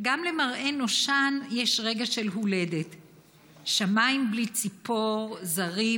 "גם למראה נושן / יש רגע של הולדת / שמיים בלי ציפור / זרים